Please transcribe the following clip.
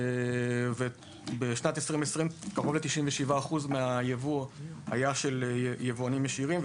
בשנת 2020 כ-97% מהיבוא היה של יבואנים ישירים,